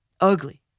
ugly